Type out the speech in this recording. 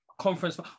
conference